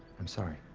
i'm sorry.